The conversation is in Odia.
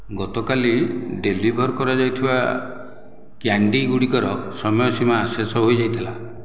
ଗତକାଲି ଡେଲିଭର୍ କରାଯାଇଥିବା କ୍ୟାଣ୍ଡି ଗୁଡ଼ିକର ସମୟ ସୀମା ଶେଷ ହୋଇଯାଇଥିଲା